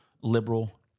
liberal